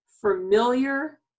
familiar